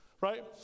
right